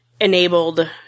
enabled